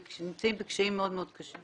והם נמצאים בקשיים מאוד מאוד גדולים,